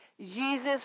Jesus